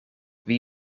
wie